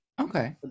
Okay